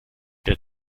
der